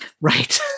right